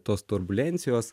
tos turbulencijos